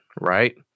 right